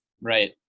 Right